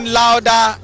louder